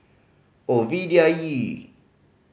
Ovidia E